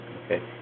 Okay